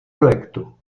projektu